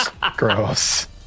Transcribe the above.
Gross